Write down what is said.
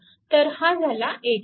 तर हा झाला 1A